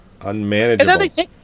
Unmanageable